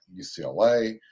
ucla